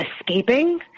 escaping